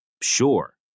Sure